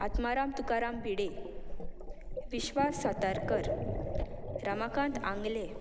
Atmaram Tukaram Bide Vishwas Satarkar Ramakant Angle